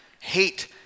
hate